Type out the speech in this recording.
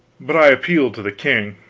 but i appealed to the king.